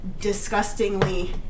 disgustingly